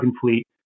fleet